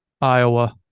Iowa